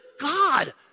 God